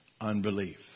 Unbelief